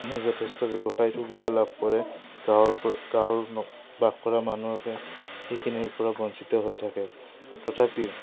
যথেষ্ট ব্যৱসায়িক সুবিধা লাভ কৰে গাঁৱৰ পৰা গাঁৱৰ বাস কৰা মানুহে সেইখিনিৰ পৰা বঞ্চিত হৈ থাকে তথাপিও